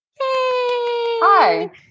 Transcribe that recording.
hi